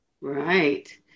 Right